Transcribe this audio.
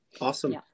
awesome